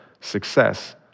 success